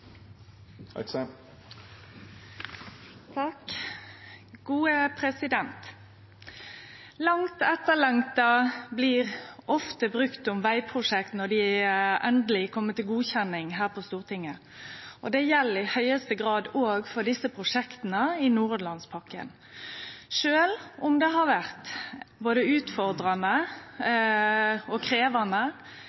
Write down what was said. blir ofte brukt om vegprosjekt når dei endeleg kjem til godkjenning her på Stortinget. Det gjeld i høgste grad òg for desse prosjekta i Nordhordlandspakken. Sjølv om det har vore både utfordrande